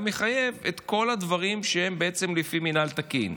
מחייב את כל הדברים שהם בעצם לפי מינהל תקין.